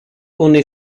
only